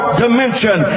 dimension